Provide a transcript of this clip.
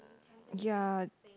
ya